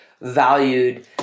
valued